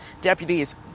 Deputies